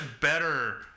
better